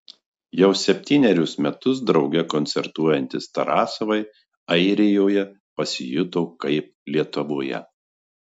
jau septynerius metus drauge koncertuojantys tarasovai airijoje pasijuto kaip lietuvoje